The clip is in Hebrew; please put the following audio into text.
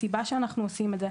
הסיבה שאנחנו עושים את זה,